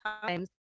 times